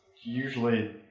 Usually